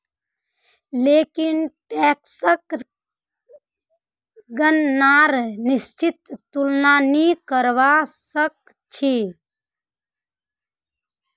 लेकिन टैक्सक गणनार निश्चित तुलना नी करवा सक छी